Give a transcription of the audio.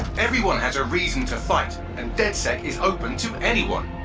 everyone has a reason to fight and dedsec is open to anyone.